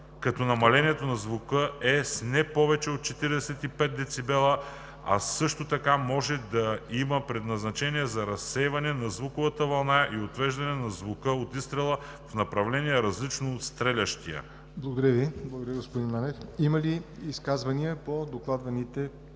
като намалението на звука е с не повече от 45 децибела, а също така може да има предназначение за разсейване на звуковата вълна и отвеждане на звука от изстрела в направление, различно от стрелящия.“ ПРЕДСЕДАТЕЛ ЯВОР НОТЕВ: Изказвания по докладваните